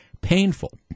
painful